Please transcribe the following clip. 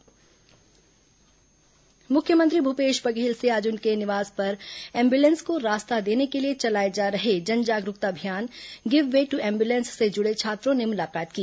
मुख्यमंत्री मुलाकात मुख्यमंत्री भूपेश बघेल से आज उनके निवास पर एम्बुलेंस को रास्ता देने के लिए चलाए जा रहे जन जागरूकता अभियान गिव वे ट्र एम्बुलेंस से जुड़े छात्रों ने मुलाकात की